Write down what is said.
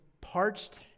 parched